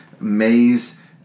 maze